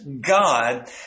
God